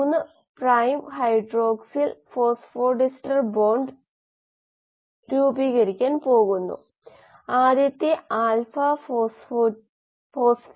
coli കൃഷി പ്രക്രിയകൾ batch തുടർച്ചയായ കൃഷി ഇളക്കിയ ടാങ്ക് റിയാക്ടറുകൾ അല്ലെങ്കിൽ ബബിൾ കോളം റിയാക്ടറുകൾ എന്നിവയിൽ എൻഎഡിഎച്ച് ആശ്രിത കൾച്ചർ ഫ്ലൂറസെൻസ് നിരീക്ഷിച്ചു